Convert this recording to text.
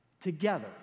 together